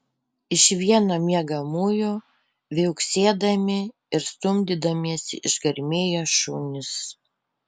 iš vieno miegamųjų viauksėdami ir stumdydamiesi išgarmėjo šunys